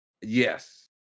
Yes